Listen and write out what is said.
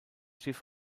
schiff